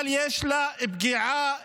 אבל יש לה פגיעה ישירה,